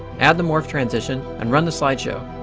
add the morph transition, and run the slide show.